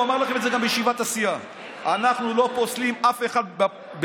הוא אמר לכם את זה גם בישיבת הסיעה: אנחנו לא פוסלים אף אחד בבחירות,